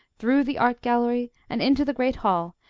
through the art gallery and into the great hall,